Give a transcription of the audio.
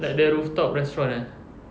like the rooftop restaurant eh